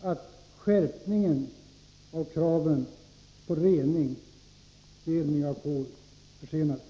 att skärpningen av kraven på rening försenades.